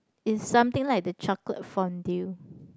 is something like the chocolate fondue